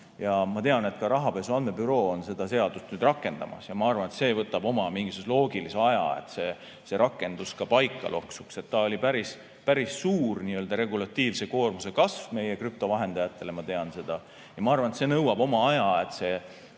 Ma tean, et ka Rahapesu Andmebüroo on seda seadust nüüd rakendamas. Ma arvan, et see võtab mingisuguse oma loogilise aja, et see rakendus ka paika loksuks. See oli päris suur nii‑öelda regulatiivse koormuse kasv meie krüptovahendajatele, ma tean seda, ja ma arvan, et see nõuab oma aja, et selline